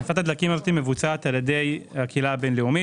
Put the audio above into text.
הכנסת הדלקים הזאת מבוצעת על ידי הקהילה הבינלאומית